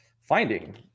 finding